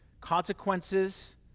Consequences